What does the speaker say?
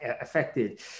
affected